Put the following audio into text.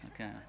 Okay